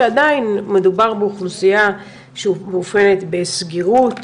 שעדיין מדובר באוכלוסייה שמאופיינת בסגירות,